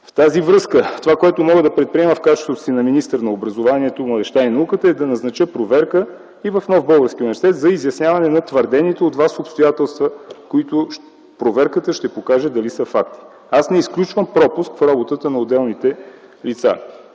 В тази връзка това, което мога да предприема в качеството си на министър на образованието, младежта и науката е да назнача проверка и в Нов български университет за изясняване на твърдените от Вас обстоятелства, които проверката ще покаже дали са факт. Аз не изключвам пропуск в работата на отделни лица.